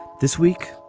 this week,